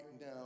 now